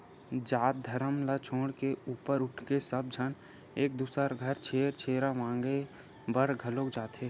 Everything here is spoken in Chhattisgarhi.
जात धरम ल छोड़ के ऊपर उठके सब झन एक दूसर घर छेरछेरा मागे बर घलोक जाथे